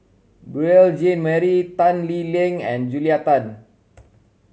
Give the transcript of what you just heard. Beurel Jean Marie Tan Lee Leng and Julia Tan